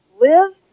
live